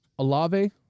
Alave